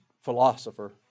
philosopher